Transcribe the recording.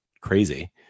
crazy